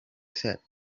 said